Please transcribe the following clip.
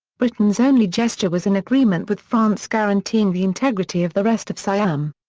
britain's only gesture was an agreement with france guaranteeing the integrity of the rest of siam.